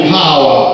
power